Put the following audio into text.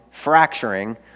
fracturing